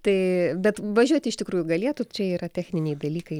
tai bet važiuot iš tikrųjų galėtų čia yra techniniai dalykai